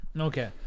Okay